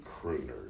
crooners